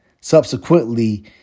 Subsequently